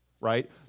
right